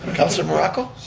councilor morocco?